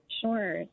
Sure